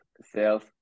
sales